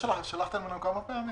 שלחתם אלינו כמה פעמים?